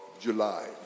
July